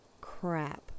Crap